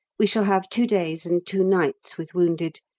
we shall have two days and two nights with wounded,